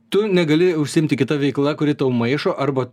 tu negali užsiimti kita veikla kuri tau maišo arba